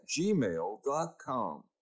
gmail.com